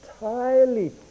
entirely